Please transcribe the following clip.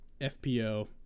FPO